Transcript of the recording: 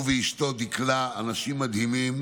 הוא ואשתו דקלה אנשים מדהימים